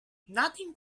nothing